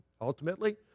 Ultimately